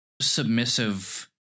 submissive